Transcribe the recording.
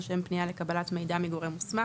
לשם פנייה לקבלת מידע מגורם מוסמך,